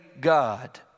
God